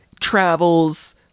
travels